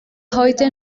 heute